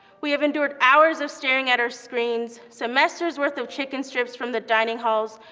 we have endured hours of staring at our screens, semesters worth of chicken strips from the dining halls,